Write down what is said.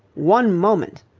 one moment,